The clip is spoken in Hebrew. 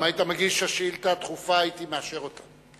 אם היית מגיש שאילתא דחופה הייתי מאשר אותה.